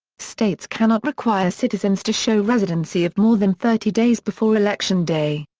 states cannot require citizens to show residency of more than thirty days before election day.